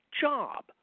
job